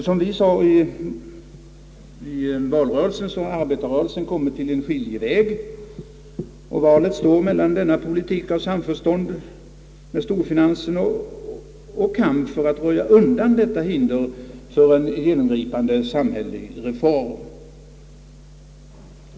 Som vi sade i valrörelsen har arbetarrörelsen kommit till en skiljeväg. Valet står mellan denna politik av samförstånd med storfinansen och kamp för att röja undan detta hinder för en genomgripande samhällelig reform.